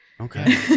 Okay